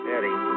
Eddie